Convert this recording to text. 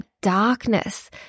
darkness